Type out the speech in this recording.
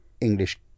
English